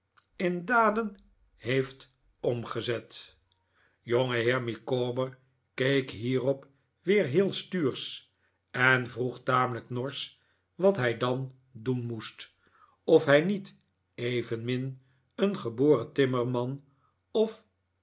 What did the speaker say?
in daden heeft omgezet jongeheer micawber keek hierop weer heel stuursch en vroeg tamelijk norseh wat hij dan doen moest of hij niet evenmin een geboren timmerman of